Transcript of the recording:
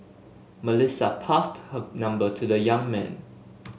Melissa passed her number to the young man